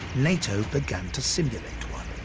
nato began to simulate one.